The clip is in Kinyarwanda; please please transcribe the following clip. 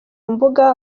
mbuga